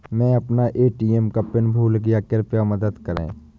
मै अपना ए.टी.एम का पिन भूल गया कृपया मदद करें